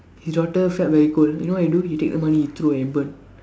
his daughter felt very cold you know what he do he take the money throw and burn